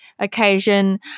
occasion